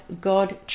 God